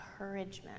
encouragement